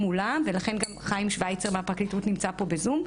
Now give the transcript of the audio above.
מולם ולכן גם חיים שוויצר מהפרקליטות נמצא כאן בזום.